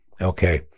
Okay